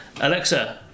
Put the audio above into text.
Alexa